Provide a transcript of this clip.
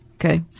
Okay